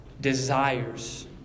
desires